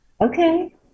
okay